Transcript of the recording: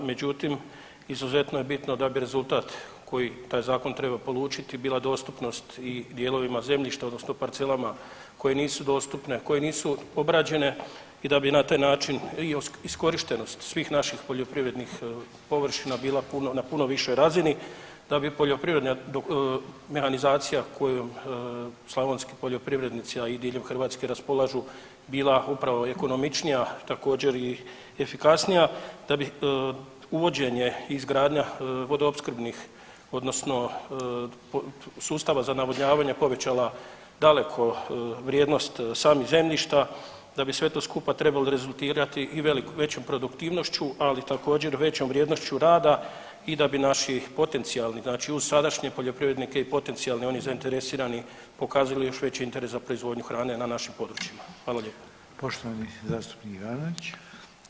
Međutim izuzetno je bitno da bi rezultat koji taj zakon treba polučiti bila dostupnost i dijelovima zemljišta odnosno parcelama koje nisu dostupne, koje nisu obrađene i da bi na taj način i iskorištenost svih naših poljoprivrednih površina bila na puno višoj razini, da bi poljoprivredna mehanizacija kojom slavonski poljoprivrednici, a i diljem Hrvatske raspolažu bila upravo ekonomičnija, također i efikasnija, da bi uvođenje i izgradnja vodoopskrbnih odnosno sustava za navodnjavanja povećala daleko vrijednost samih zemljišta, da bi sve to skupa trebalo rezultirati i velikom, većom produktivnošću, ali također većom vrijednošću rada i da bi naši potencijali znači uz sadašnje poljoprivrednike i potencijali oni zainteresirani pokazali još veći interes za proizvodnju hrane na našim proizvodima.